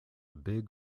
big